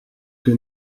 que